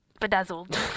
bedazzled